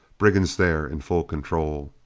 brigands there in full control.